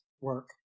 work